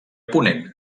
ponent